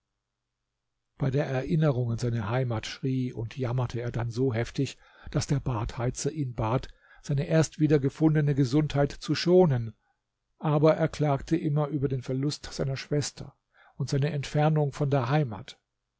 bei der erinnerung an seine heimat schrie und jammerte er dann so heftig daß der badheizer ihn bat seine erst wieder gefundene gesundheit zu schonen aber er klagte immer über den verlust seiner schwester und seine entfernung von der heimat